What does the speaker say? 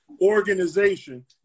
organization